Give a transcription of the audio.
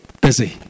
busy